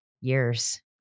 years